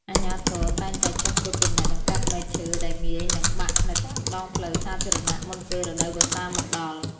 អាជ្ញាធរតែងតែចុះត្រួតពិនិត្យ និងកាត់មែកឈើដែលងាយនឹងបាក់នៅតាមដងផ្លូវសាធារណៈមុនពេលរដូវវស្សាមកដល់។